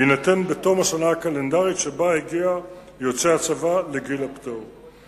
יינתן בתום השנה הקלנדרית שבה הגיע יוצא הצבא לגיל הפטור.